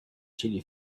chili